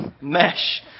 mesh